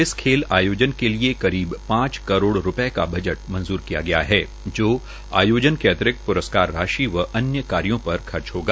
इस खेल आयोजन के लिए करीब पांच करोड़ रूपये का बजट मंजूर किया गया है जो आयोजन के अतिरिक्त प्रस्कार राशि व अन्य कार्यो पर खर्च होगा